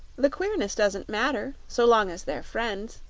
the queerness doesn't matter so long as they're friends,